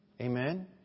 Amen